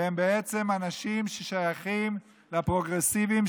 והם בעצם אנשים ששייכים לפרוגרסיביים,